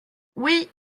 oui